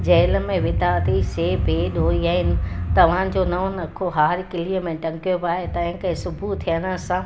jail में विधा अथई से बेॾोही आहिनि तव्हां जो नओं लखो हार किली में टंगियो पियो आहे तंहिं करे सुबुह थियण सां